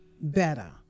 better